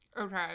Okay